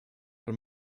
von